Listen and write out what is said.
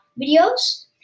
videos